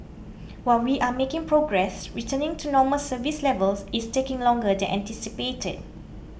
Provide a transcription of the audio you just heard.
while we are making progress returning to normal service levels is taking longer than anticipated